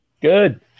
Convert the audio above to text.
good